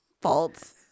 faults